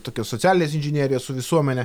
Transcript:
tokios socialinės inžinerijos su visuomene